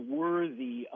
worthy